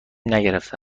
نگرفته